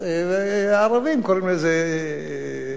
אז הערבים קוראים לזה "הנכבה",